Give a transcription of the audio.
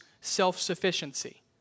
self-sufficiency